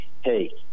hey